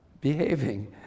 behaving